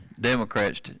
Democrats